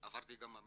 עברתי גם מילואים.